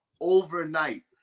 overnight